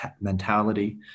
mentality